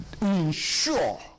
ensure